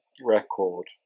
record